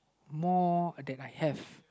more that I have